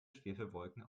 schwefelwolken